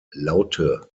laute